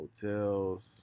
Hotels